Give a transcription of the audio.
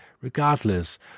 regardless